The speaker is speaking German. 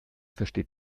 versteht